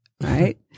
right